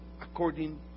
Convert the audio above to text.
according